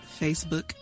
Facebook